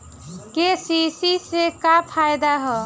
KCC से का फायदा ह?